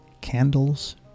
candles